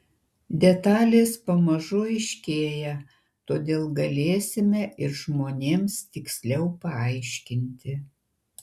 detalės pamažu aiškėja todėl galėsime ir žmonėms tiksliau paaiškinti